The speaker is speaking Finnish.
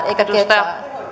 eikä ketään